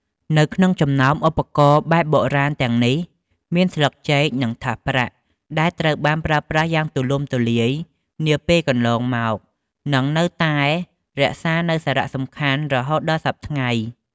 នៅក្នុងចំណោមឧបករណ៍បែបបុរាណទាំងនេះ មានស្លឹកចេក និងថាសប្រាក់ ដែលត្រូវបានប្រើប្រាស់យ៉ាងទូលំទូលាយនាពេលកន្លងមក និងនៅតែរក្សានូវសារៈសំខាន់រហូតដល់សព្វថ្ងៃ។